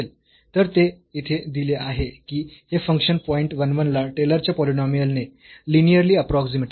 तर ते येथे दिले आहे की हे फंक्शन पॉईंट 1 1 ला टेलरच्या पॉलिनॉमियलने लिनीअर्ली अप्रोक्सीमेटेड आहे